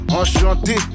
Enchanté